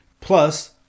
Plus